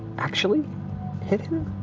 actually hit him?